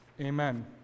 Amen